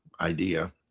idea